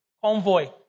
convoy